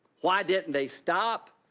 why didn't they stop?